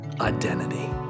identity